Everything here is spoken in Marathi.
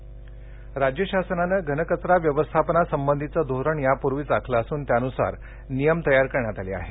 घनकचरा राज्य शासनानं घनकचरा व्यवस्थापनासंबंधीचं धोरण यापूर्वीच आखलं असून त्यानुसार नियम तयार करण्यात आले आहेत